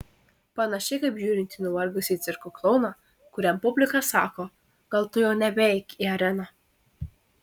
panašiai kaip žiūrint į nuvargusį cirko klouną kuriam publika sako gal tu jau nebeik į areną